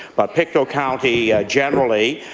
but pictou county generally,